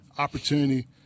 opportunity